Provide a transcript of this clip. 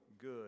good